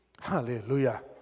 Hallelujah